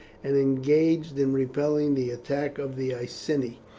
and engaged in repelling the attacks of the iceni.